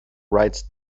writes